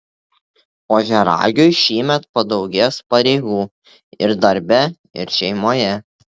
ožiaragiui šįmet padaugės pareigų ir darbe ir šeimoje